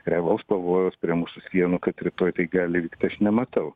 realaus pavojaus prie mūsų sienų kad rytoj tai gali vykt aš nematau